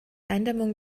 eindämmung